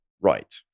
Right